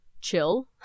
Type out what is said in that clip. chill